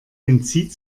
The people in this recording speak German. entzieht